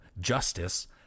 justice